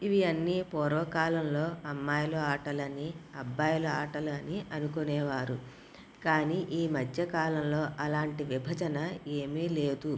ఇవి అన్ని పూర్వకాలంలో అమ్మాయిల ఆటలని అబ్బాయిల ఆటలు అని అనుకునేవారు కానీ ఈ మధ్య కాలంలో అలాంటి విభజన ఏమీ లేదు